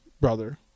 brother